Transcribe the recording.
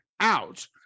out